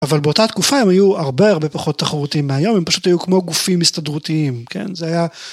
אבל באותה תקופה הם היו הרבה הרבה פחות תחרותיים מהיום, הם פשוט היו כמו גופים הסתדרותיים, כן? זה היה...